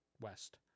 west